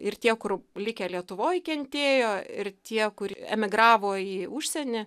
ir tie kur likę lietuvoj kentėjo ir tie kur emigravo į užsienį